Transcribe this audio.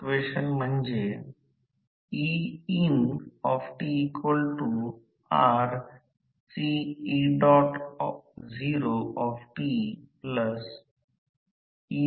आता आम्ही या व्होल्टेज E 1 ला साथिंग करणारा एक आदर्श ट्रान्सफॉर्मर बनवितो आणि ही बाजू f वारंवारता दिली जाते